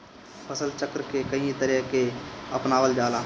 फसल चक्र के कयी तरह के अपनावल जाला?